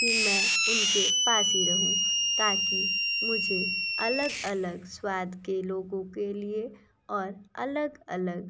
कि मैं उनके पास ही रहूँ ताकि मुझे अलग अलग स्वाद के लोगों के लिए और अलग अलग